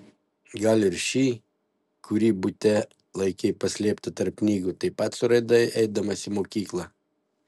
gal ir šį kurį bute laikei paslėptą tarp knygų taip pat suradai eidamas į mokyklą